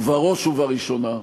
ובראש ובראשונה,